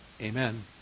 Amen